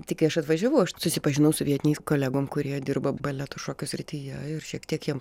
tai kai aš atvažiavau aš susipažinau su vietiniais kolegom kurie dirba baleto šokio srityje ir šiek tiek jiem